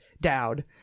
Dowd